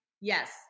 Yes